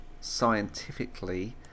Scientifically